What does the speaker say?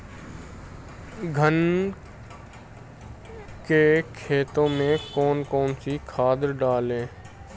धान की खेती में कौन कौन सी खाद डालें?